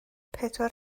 pedwar